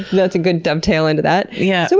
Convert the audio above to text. that's a good dovetail into that. yeah so,